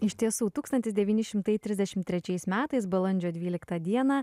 iš tiesų tūkstantis devyni šimtai trisdešimt trečiais metais balandžio dvyliktą dieną